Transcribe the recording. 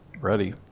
Ready